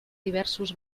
diversos